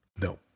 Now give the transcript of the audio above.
No